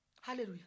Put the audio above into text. Hallelujah